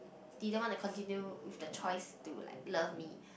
didn't want to continue with the choice to like love me